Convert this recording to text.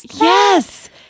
Yes